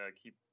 keep